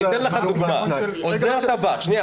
אתן לך דוגמה --- שנייה.